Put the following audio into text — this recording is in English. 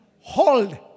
Hold